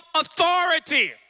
authority